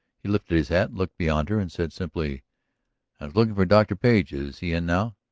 he lifted his hat, looked beyond her, and said simply i was looking for dr. page. is he in now?